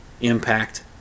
impact